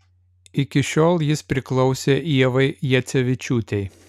iki šiol jis priklausė ievai jacevičiūtei